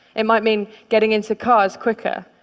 it might mean getting into cars quicker,